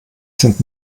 sind